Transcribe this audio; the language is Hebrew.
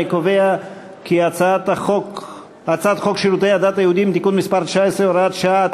אני קובע כי הצעת חוק שירותי הדת היהודיים (תיקון מס' 19 והוראת שעה),